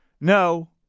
No